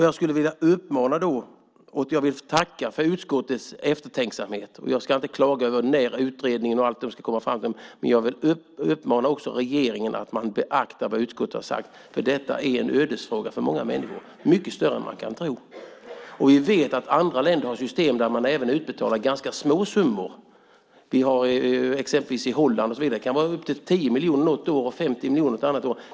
Jag vill tacka för utskottets eftertänksamhet. Jag ska inte klaga över utredningen, men jag vill uppmana regeringen att beakta vad utskottet har sagt. Detta är en ödesfråga för många människor, mycket större än vad man kan tro. Vi vet att andra länder har system där man även utbetalar ganska små summor. I exempelvis Holland kan det vara upp till 10 miljoner något år och 50 miljoner ett annat år.